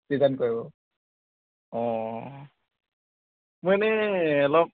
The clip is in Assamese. কৰিব অঁ মই এনেই অলপ